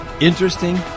Interesting